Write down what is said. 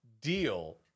deal